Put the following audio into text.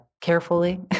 Carefully